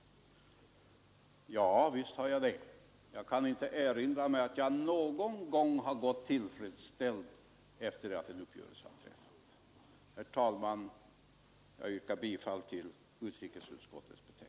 Jo, visst har jag det. Jag kan inte erinra mig att jag någon gång gått tillfredsställd från bordet efter det att en uppgörelse träffats. Herr talman! Jag yrkar bifall till utrikesutskottets hemställan.